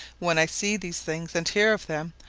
when i see these things, and hear of them,